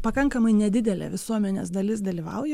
pakankamai nedidelė visuomenės dalis dalyvauja